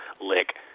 lick